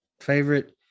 favorite